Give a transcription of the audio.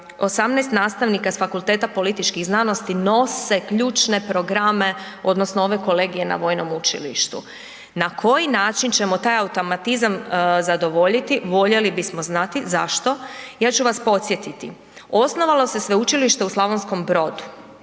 18 nastavnika s Fakulteta političkih znanosti nose ključne programe odnosno ove kolegije na vojnom učilištu. Na koji način ćemo taj automatizam zadovoljiti voljeli bismo znati. Zašto? Ja ću vas podsjetiti, osnovalo se Sveučilište u Slavonskom Brodu.